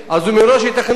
אז הוא מראש יתכנן,